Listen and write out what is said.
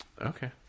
Okay